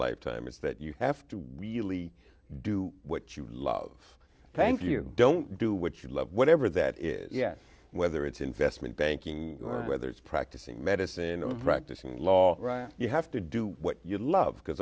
lifetime it's that you have to really do what you love thank you don't do what you love whatever that is yes whether it's investment banking or whether it's practicing medicine or practicing law you have to do what you love because